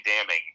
damning